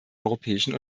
europäischen